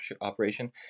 operation